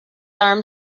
arm